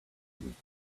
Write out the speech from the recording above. weeks